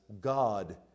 God